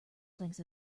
planks